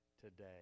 today